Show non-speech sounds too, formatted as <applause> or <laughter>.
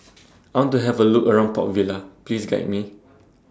<noise> I want to Have A Look around Port Vila Please Guide Me